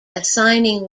assigning